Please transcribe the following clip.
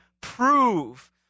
prove